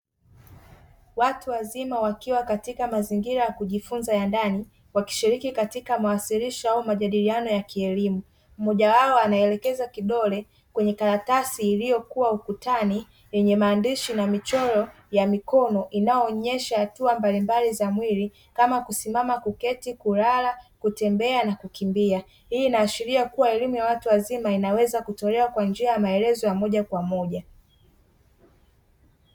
Watu wazima wakiwa katika mazingira ya kujifunza ya ndani wakishiriki katika mawasilisho au majadiliano ya kielimu, mmoja wao anaelekeza kidole kwenye karatsi iliokuwa ukutani yenye maandishi na mishoro ya mikono inayoonesha hatua mbalimbali za mwili kama kusimama, kuketi, kulala, kutembea na kukimbia. Hii inaashiria kuwa elimu ya watu wazima inaweza kutolewa kwa njia ya maelezo ya moja kwa moja.